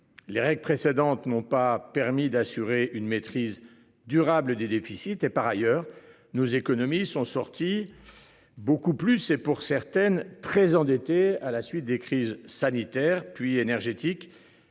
les règles précédentes n'ont pas permis d'assurer une maîtrise durable des déficits et par ailleurs nos économies sont sortis beaucoup plus et, pour certaines très endetté à la suite des crises sanitaires puis énergétique